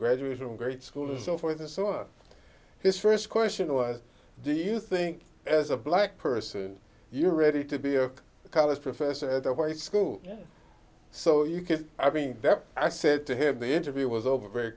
graduates from great schools so forth and so on his first question was do you think as a black person you're ready to be a college professor at the white school so you could i mean that i said to him the interview was over very